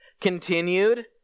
continued